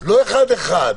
לא אחד-אחד.